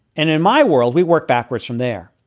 and in my world, we work backwards from there.